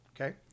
Okay